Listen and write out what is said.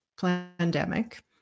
pandemic